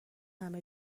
همه